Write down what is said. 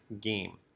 game